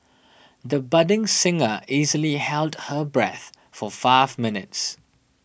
the budding singer easily held her breath for five minutes